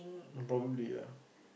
probably ya